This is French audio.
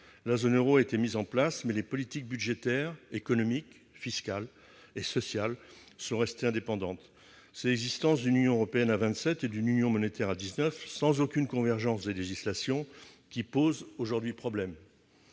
la zone Euro, a été mis en place, mais les politiques budgétaires, économiques, fiscales et sociales sont restées indépendantes, c'est l'existence d'une Union européenne à 27 et d'une union monétaire, à 19 sans aucune convergence des législations qui pose aujourd'hui problème,